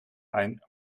ein